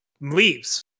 leaves